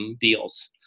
deals